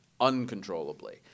uncontrollably